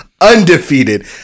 undefeated